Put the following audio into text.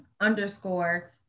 underscore